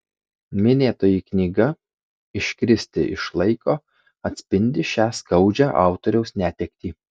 minėtoji knyga iškristi iš laiko atspindi šią skaudžią autoriaus netektį